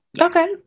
Okay